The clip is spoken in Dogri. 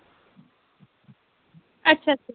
अच्छा अच्छा